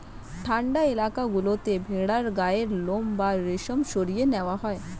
ঠান্ডা এলাকা গুলোতে ভেড়ার গায়ের লোম বা রেশম সরিয়ে নেওয়া হয়